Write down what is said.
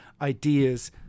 ideas